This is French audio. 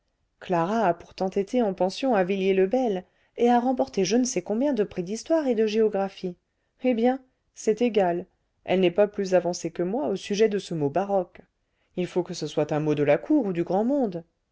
clara a pourtant été en pension à villiers le bel et a remporté je ne sais combien de prix d'histoire et de géographie eh bien c'est égal elle n'est pas plus avancée que moi au sujet de ce mot baroque il faut que ce soit un mot de la cour ou du grand monde